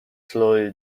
slowly